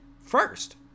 first